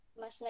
Mas